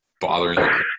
bothering